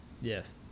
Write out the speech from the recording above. yes